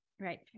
Right